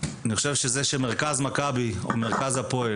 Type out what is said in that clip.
אני חושב שזה שמרכזי מכבי והפועל